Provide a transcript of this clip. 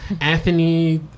Anthony